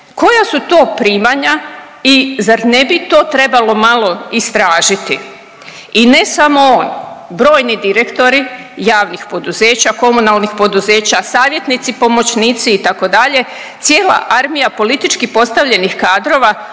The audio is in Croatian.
koja su to primanja i zar ne bi to trebalo malo istražiti i ne samo on. Brojni direktori javnih poduzeća, komunalnih poduzeća, savjetnici, pomoćnici, itd., cijela armija politički postavljenih kadrova